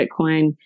Bitcoin